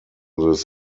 this